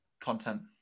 content